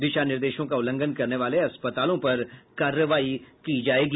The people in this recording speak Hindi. दिशा निर्देशों का उल्लंघन करने वाले अस्पतालों पर कार्रवाई होगी